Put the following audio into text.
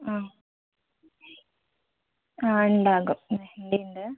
ആ ആ ഉണ്ടാകും ആ ഇത് ഉണ്ട്